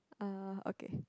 ah okay